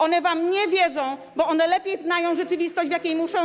One wam nie wierzą, bo one lepiej znają rzeczywistość, w jakiej muszą żyć.